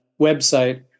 website